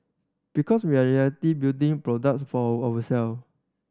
because we are reality building products for our self